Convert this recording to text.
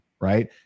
right